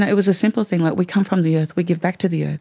it was a simple thing, like we come from the earth, we give back to the earth.